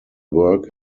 work